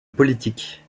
politique